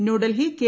New Delhi K